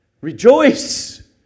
rejoice